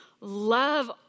love